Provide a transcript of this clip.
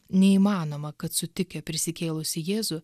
neįmanoma kad sutikę prisikėlusį jėzų